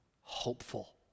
hopeful